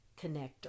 connector